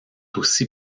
aussi